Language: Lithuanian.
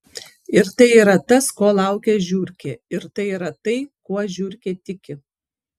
ir tai yra tas ko laukia žiurkė ir tai yra tai kuo žiurkė tiki